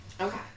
Okay